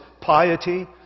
piety